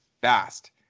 fast